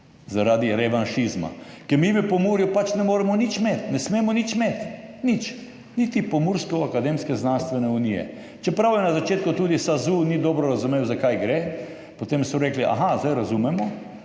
Zaradi revanšizma, ker mi v Pomurju pač ne moremo nič imeti, ne smemo nič imeti, nič, niti Pomursko akademske-znanstvene unije, čeprav je na začetku tudi SAZU ni dobro razumel, za kaj gre, potem so rekli, aha, zdaj razumemo,